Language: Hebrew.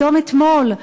פתאום אתמול,